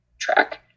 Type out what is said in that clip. track